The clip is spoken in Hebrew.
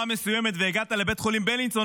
מסוימת והגעת לבית החולים בילינסון,